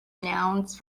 nouns